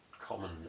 common